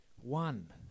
One